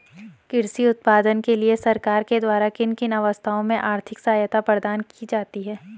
कृषि उत्पादन के लिए सरकार के द्वारा किन किन अवस्थाओं में आर्थिक सहायता प्रदान की जाती है?